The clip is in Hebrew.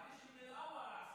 חבר הכנסת סעדי.